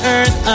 Earth